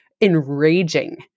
enraging